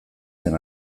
zen